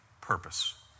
purpose